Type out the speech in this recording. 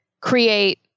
create